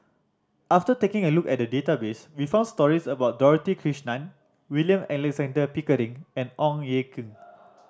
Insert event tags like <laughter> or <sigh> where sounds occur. after taking a look at the database we found stories about Dorothy Krishnan William Alexander Pickering and Ong Ye Kung <noise>